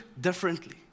differently